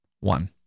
One